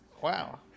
wow